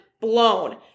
blown